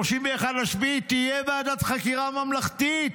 31 ביולי: